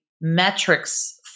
metrics